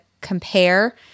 compare